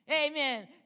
Amen